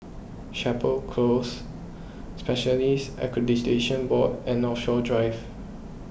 Chapel Close Specialists Accreditation Board and Northshore Drive